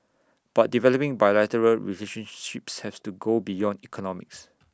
but developing bilateral relationships has to go beyond economics